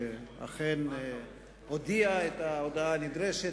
שאכן הודיע את ההודעה הנדרשת,